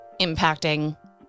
impacting